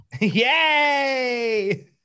yay